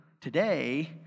today